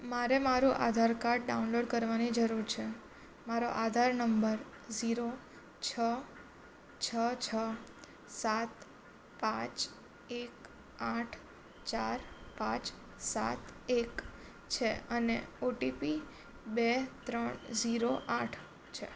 મારે મારું Aadhaar card download કરવાની જરૂર છે મારો આધાર નંબર ઝીરો છ છ છ સાત પાંચ એક આઠ ચાર પાંચ સાત એક છે અને ઓટીપી બે ત્રણ ઝીરો આઠ છે